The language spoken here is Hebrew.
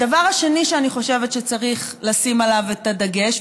הדבר השני שאני חושבת שצריך לשים עליו את הדגש,